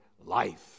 life